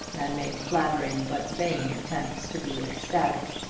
and made flattering but vain attempts to be ecstatic.